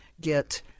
get